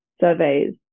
surveys